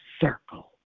circle